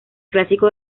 clásico